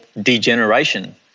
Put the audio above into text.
degeneration